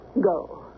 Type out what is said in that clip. Go